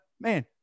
man